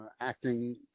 acting